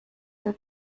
viel